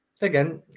again